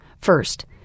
First